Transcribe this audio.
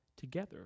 together